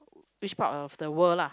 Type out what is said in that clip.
which part of the world lah